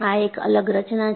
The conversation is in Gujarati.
આ એક અલગ રચના છે